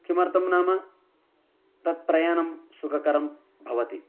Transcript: किमर्थं नाम तत्प्रयाणं सुखकरं भवति